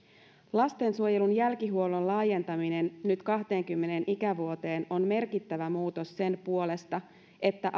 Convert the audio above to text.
lastensuojelun jälkihuollon laajentaminen nyt kaksikymmentä ikävuoteen on merkittävä muutos sen puolesta että